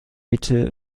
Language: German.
mitte